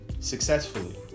successfully